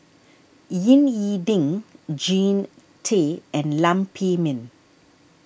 Ying E Ding Jean Tay and Lam Pin Min